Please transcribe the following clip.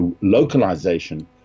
localization